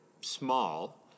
small